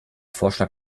vorschlag